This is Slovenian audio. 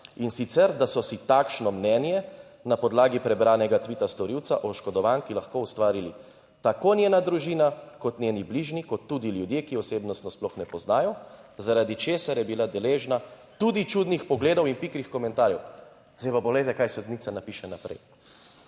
In sicer, da so si takšno mnenje na podlagi prebranega tvita **45. TRAK: (TB) - 12.40** (nadaljevanje) storilca oškodovanki lahko ustvarili tako njena družina kot njeni bližnji kot tudi ljudje, ki je osebnostno sploh ne poznajo, zaradi česar je bila deležna tudi čudnih pogledov in pikrih komentarjev. Zdaj pa poglejte, kaj sodnica napiše naprej,